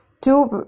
Two